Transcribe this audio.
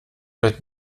wird